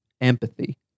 empathy